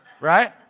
right